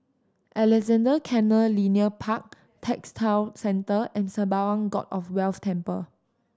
Alexandra Canal Linear Park Textile Centre and Sembawang God of Wealth Temple